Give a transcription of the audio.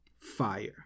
fire